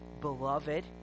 beloved